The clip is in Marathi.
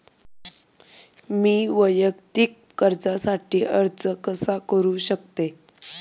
मी वैयक्तिक कर्जासाठी अर्ज कसा करु शकते?